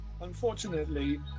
Unfortunately